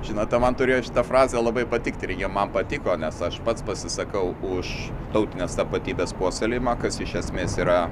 žinote man turėjo šita frazė labai patikti ir ji man patiko nes aš pats pasisakau už tautinės tapatybės puoselėjimą kas iš esmės yra